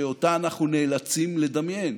שאותה אנחנו נאלצים לדמיין?